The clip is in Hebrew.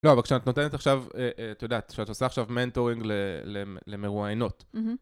לא, אבל כשאת נותנת עכשיו, את יודעת, כשאת עושה עכשיו מנטורינג למרואיינות.